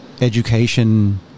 education